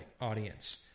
audience